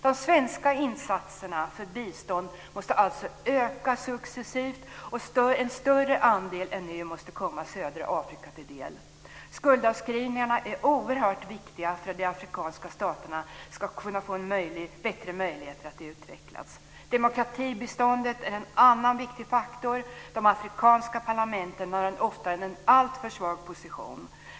De svenska insatserna för bistånd måste alltså öka successivt och en större andel än nu måste komma södra Afrika till del. Skuldavskrivningarna är oerhört viktiga för att de afrikanska staterna ska kunna få bättre möjligheter att utvecklas. Demokratibiståndet är en annan viktig faktor. De afrikanska parlamenten har ofta en alltför svag position.